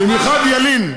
במיוחד ילין.